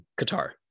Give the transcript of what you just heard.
qatar